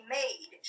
made